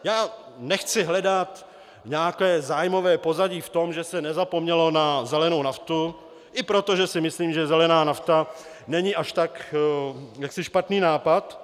Já nechci hledat nějaké zájmové pozadí v tom, že se nezapomnělo na zelenou naftu, i proto, že si myslím, že zelená nafta není až tak jaksi špatný nápad.